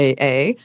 AA